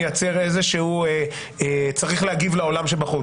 מייצר איזשהו צריך להגיב לעולם שבחוץ.